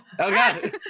Okay